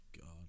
God